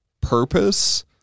purpose